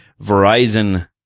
Verizon